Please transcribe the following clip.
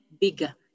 bigger